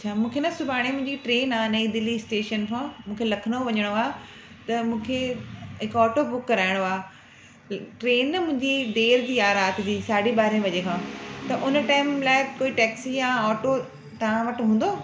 अच्छा मूंखे न सुभाणे मुंहिंजी ट्रेन आहे दिल्ली स्टेशन खां मूंखे लखनऊ वञिणो आहे त मूंखे हिकु ऑटो बुक कराइणो आहे ट्रेन न मुंहिंजी देरि जी आहे राति जी साढे ॿारें बजे खां त उन टाईम लाइ कोई टैक्सी या ऑटो तव्हां वटि हूंदो